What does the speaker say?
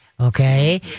Okay